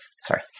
Sorry